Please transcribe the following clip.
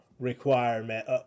requirement